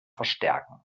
verstärken